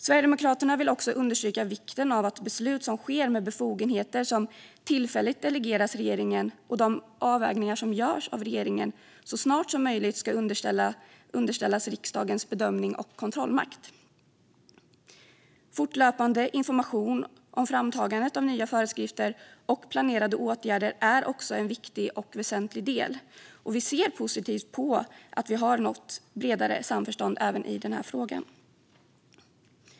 Sverigedemokraterna vill också understryka vikten av att de beslut som fattas med befogenheter som tillfälligt delegeras till regeringen och de avvägningar som görs av regeringen så snart som möjligt ska underställas riksdagens bedömning och kontrollmakt. Fortlöpande information om framtagandet av nya föreskrifter och planerade åtgärder är också en väsentlig del, och vi ser positivt på att vi har nått bredare samförstånd även i den frågan.